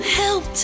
help